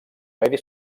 medi